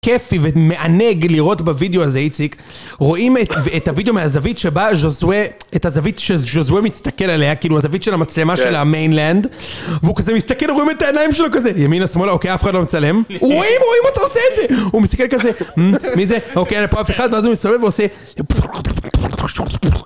כיפי ומענג לראות בווידאו הזה, איציק. רואים את הווידאו מהזווית שבה ז'וזוה... את הזווית שז'וזוה מסתכל עליה, כאילו הזווית של המצלמה שלה, המיינלנד. והוא כזה מסתכל, רואים את העיניים שלו כזה, ימינה, שמאלה, אוקיי, אף אחד לא מצלם. רואים, רואים אותו עושה את זה! הוא מסתכל כזה, מי זה? אוקיי, אין פה אף אחד, ואז הוא מסתובב ועושה...